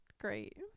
Great